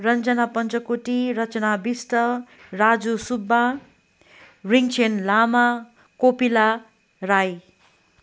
Ranjana Panchakoti Rachana Bisht Raju Subba Rinchen Lama Kopila Rai